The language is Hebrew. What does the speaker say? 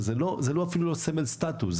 וזה אפילו לא סמל סטטוס,